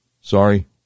Sorry